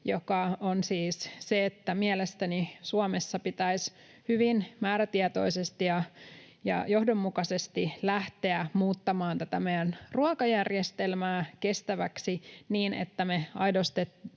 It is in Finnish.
joka on siis se, että mielestäni Suomessa pitäisi hyvin määrätietoisesti ja johdonmukaisesti lähteä muuttamaan tätä meidän ruokajärjestelmää kestäväksi, niin että me aidosti